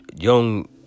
Young